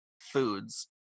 foods